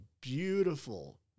beautiful